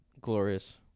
Glorious